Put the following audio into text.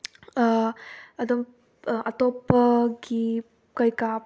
ꯑꯗꯨꯝ ꯑꯇꯣꯞꯄꯒꯤ ꯀꯩꯀꯥ